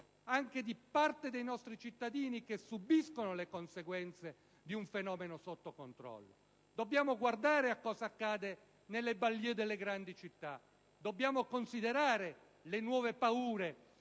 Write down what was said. di parte dei nostri cittadini che subiscono le conseguenze di un fenomeno fuori controllo. Dobbiamo guardare a cosa accade nelle *banlieue* delle grandi città italiane. Dobbiamo considerare le nuove paure